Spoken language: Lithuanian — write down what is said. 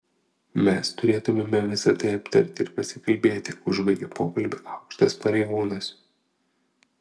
mes turėtumėme visa tai aptarti ir pasikalbėti užbaigė pokalbį aukštas pareigūnas